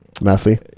messy